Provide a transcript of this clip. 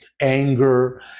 anger